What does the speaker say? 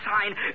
sign